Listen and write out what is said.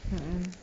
mmhmm